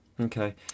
Okay